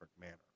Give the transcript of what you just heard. manner